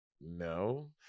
no